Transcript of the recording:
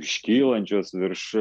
iškylančios virš